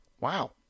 Wow